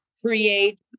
create